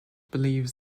believes